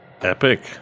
epic